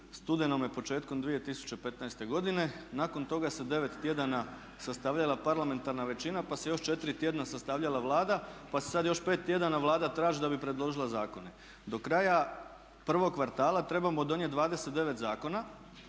studenome početkom 2015. godine. Nakon toga se 9 tjedana sastavljala parlamentarna većina pa se još 4 tjedna sastavljala Vlada pa se sad još 5 tjedana Vlada traži da bi predložila zakone. Do kraja prvog kvartala trebamo donijeti 29 zakona,